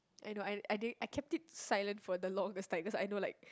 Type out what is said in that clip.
I know I I did I kept it silent for the longest time cause I know like